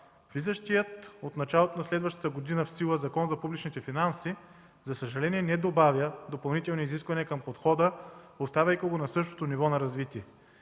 Влизащият в сила от началото на следващата година Закон за публичните финанси, за съжаление, не добавя допълнителни изисквания към подхода, оставяйки го на същото ниво на развитие.